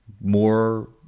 more